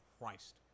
Christ